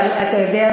מה?